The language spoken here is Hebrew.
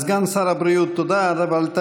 את זה אנחנו יודעים.